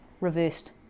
reversed